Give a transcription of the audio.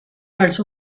als